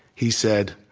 he said,